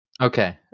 Okay